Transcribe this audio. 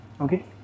okay